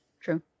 True